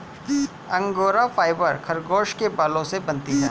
angora fibre खरगोश के बालों से बनती है